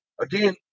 Again